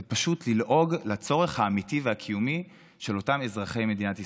זה פשוט ללעוג לצורך האמיתי והקיומי של אותם אזרחי מדינת ישראל.